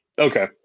Okay